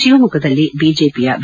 ಶಿವಮೊಗ್ಗದಲ್ಲಿ ಬಿಜೆಪಿಯ ಬಿ